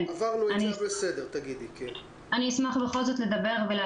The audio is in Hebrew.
עברנו את זה, אבל בסדר, תגידי.